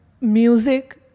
music